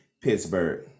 Pittsburgh